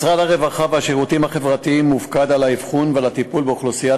משרד הרווחה והשירותים החברתיים מופקד על האבחון ועל הטיפול באוכלוסיית